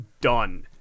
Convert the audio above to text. done